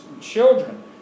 children